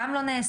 זה גם לא נעשה.